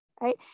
right